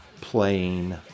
playing